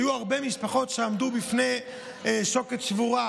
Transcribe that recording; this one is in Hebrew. היו הרבה משפחות שעמדו בפני שוקת שבורה,